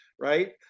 Right